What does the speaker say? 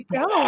go